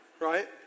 right